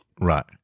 Right